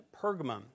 Pergamum